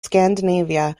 scandinavia